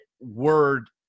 word